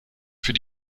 für